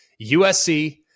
USC